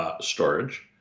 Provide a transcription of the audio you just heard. storage